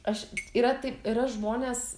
aš yra taip yra žmonės